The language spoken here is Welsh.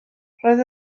roedd